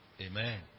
Amen